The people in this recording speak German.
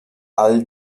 all